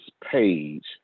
page